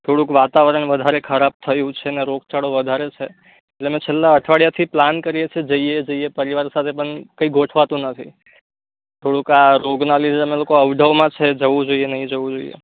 થોડુંક વાતાવરણ વધારે ખરાબ થયું છે ને રોગચાળો વધારે છે એટલે મેં છેલ્લા અઠવાડિયાથી પ્લાન કરીએ છીએ જઈએ જઈએ પરિવાર સાથે પણ કંઈ ગોઠવાતું નથી થોડુંક આ રોગના લીધે અમે લોકો અવઢવમાં છે જવું જોઈએ નહીં જવું જોઈએ